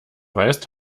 weißt